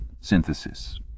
synthesis